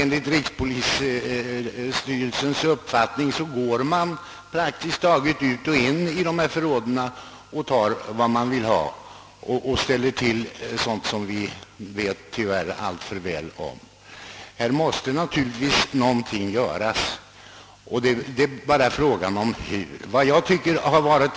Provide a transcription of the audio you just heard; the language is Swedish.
Enligt rikspolisstyrelsens uppfattning går man praktiskt taget ut och in i dessa förråd och tar vad man vill ha. Någonting måste naturligtvis göras, och frågan gäller bara hur man skall kunna åstadkomma en förbättring.